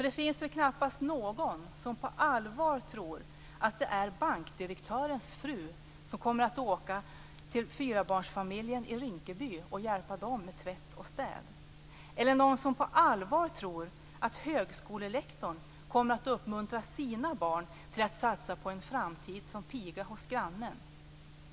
Det finns väl knappast någon som på allvar tror att det är bankdirektörens fru som kommer att städa och tvätta hos fyrabarnsfamiljen i Rinkeby? Det finns väl inte heller någon som på allvar tror att högskolerektorn kommer att uppmuntra sina barn till att satsa på en framtid som piga hos grannen?